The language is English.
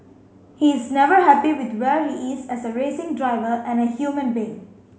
he is never happy with where he is as a racing driver and a human being